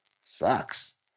sucks